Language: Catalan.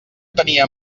tenia